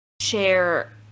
share